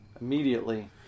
immediately